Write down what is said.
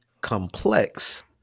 complex